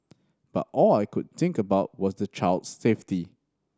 but all I could think about was the child's safety